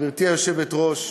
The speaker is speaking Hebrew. גברתי היושבת-ראש,